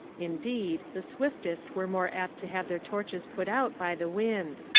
indeed the swiftest were more apt to have their torches put out by the wind.